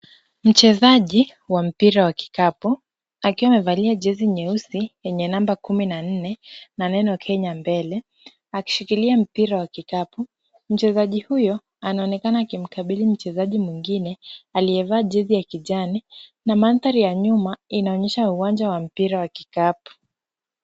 Mchezaji wa mpira wa kikapu akiwa amevalia jezi nyeusi yanye namba kumi na nne na neno Kenya mbele, akishikilia mpira wa kikapu. Mchezaji huyu anaonekana akimkabidhi mchezaji mwingine akiyevaa jezi ya kijani na mandhari ya nyuma inaonyesha uwanja wa mpira ya kikapu.